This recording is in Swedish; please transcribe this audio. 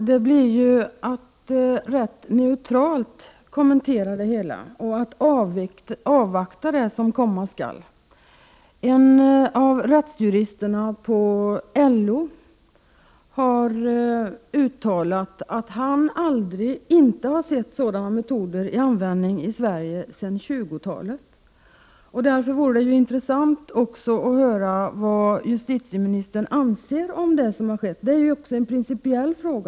Herr talman! Detta är att tämligen neutralt kommentera det hela och avvakta det som komma skall. En av juristerna på LO har uttalat att han inte har sett metoder av detta slag användas sedan 1920-talet. Det vore därför intressant att höra vad justitieministern anser om det som skett. Det är också en principiell fråga.